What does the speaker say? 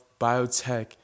biotech